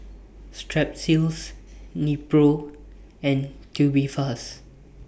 Strepsils Nepro and Tubifast